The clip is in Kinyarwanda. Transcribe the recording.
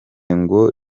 ngo